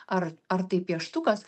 ar ar tai pieštukas